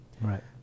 Right